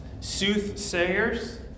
soothsayers